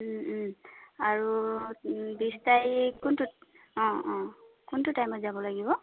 আৰু বিছ তাৰিখ কোনটোত অঁ অঁ কোনটো টাইমত যাব লাগিব